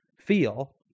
feel